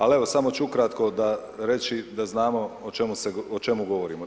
Ali evo samo ću ukratko reći da znamo o čemu govorimo.